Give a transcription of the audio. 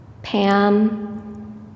Pam